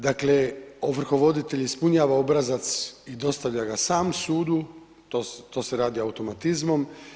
Dakle, ovrhovoditelj ispunjava obrazac i dostavlja ga sam sudu, to se radi automatizmom.